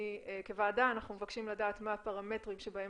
כוועדה אנחנו מבקשים לדעת מה הפרמטרים שבהם